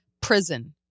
Prison